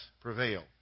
prevail